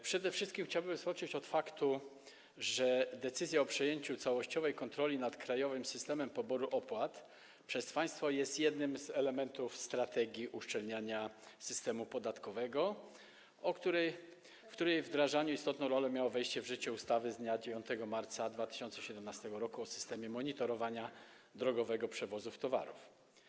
Przede wszystkim chciałbym rozpocząć od wskazania faktu, że decyzja o przejęciu całościowej kontroli nad Krajowym Systemem Poboru Opłat przez państwo jest jednym z elementów strategii uszczelniania systemu podatkowego, w której wdrażaniu istotną rolę miało wejście w życie ustawy z dnia 9 marca 2017 r. o systemie monitorowania drogowego przewozu towarów.